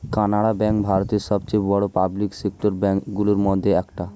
কানাড়া ব্যাঙ্ক ভারতের সবচেয়ে বড় পাবলিক সেক্টর ব্যাঙ্ক গুলোর মধ্যে একটা